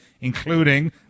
including